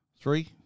Three